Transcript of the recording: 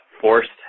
forced